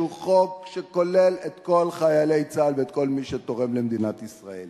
שהוא חוק שכולל את כל חיילי צה"ל ואת כל מי שתורם למדינת ישראל.